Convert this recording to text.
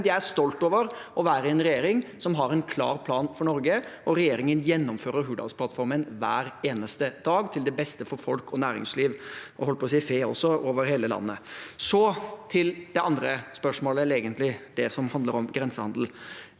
jeg er stolt over å være i en regjering som har en klar plan for Norge. Regjeringen gjennomfører Hurdalsplattformen hver eneste dag, til beste for folk og næringsliv – og jeg holdt på å si fe – over hele landet. Så til det andre spørsmålet, eller det som handler om grensehandel.